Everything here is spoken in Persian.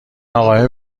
اقاهه